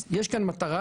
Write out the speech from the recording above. יש כאן מטרה,